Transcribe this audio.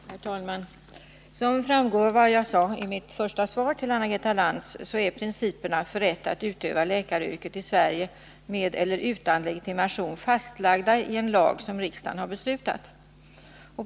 Herr talman! Som framgår av vad jag sade i mitt svar till Anna-Greta Skantz är principerna för rätten att utöva läkaryrket i Sverige med eller utan legitimation fastlagda i en lag som riksdagen har beslutat om.